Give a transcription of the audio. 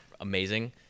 amazing